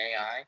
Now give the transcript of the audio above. ai